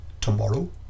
tomorrow